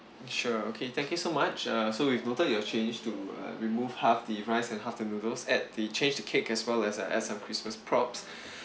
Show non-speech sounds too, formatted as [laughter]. sure okay thank you so much uh so we've noted your change to uh remove half the rice and half the noodles at the change to cake as well as uh adds some christmas props [breath]